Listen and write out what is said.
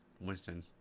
Winston